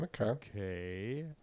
Okay